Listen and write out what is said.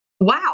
Wow